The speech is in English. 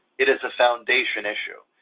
it is a foundation issue,